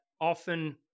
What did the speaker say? often